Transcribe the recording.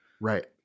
Right